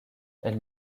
elle